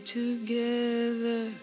together